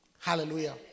Hallelujah